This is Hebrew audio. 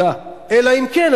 אלא אם כן,